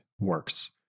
works